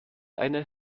einer